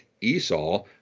Esau